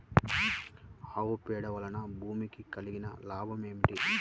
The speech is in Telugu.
ఆవు పేడ వలన భూమికి కలిగిన లాభం ఏమిటి?